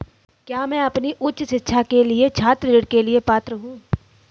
क्या मैं अपनी उच्च शिक्षा के लिए छात्र ऋण के लिए पात्र हूँ?